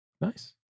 Nice